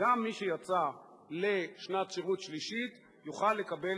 שגם מי שיצא לשנת שירות שלישית יוכל לקבל